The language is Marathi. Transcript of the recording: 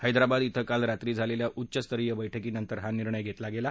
हैदराबाद क्रि काल रात्री झालेल्या उच्च स्तरीय बैठकीनंतर हा निर्णय घेण्यात आला